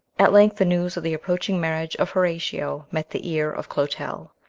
at length the news of the approaching marriage of horatio met the ear of clotel.